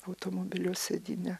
automobilio sėdyne